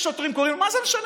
יש שוטרים שקוראים, מה זה משנה?